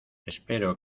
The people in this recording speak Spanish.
espero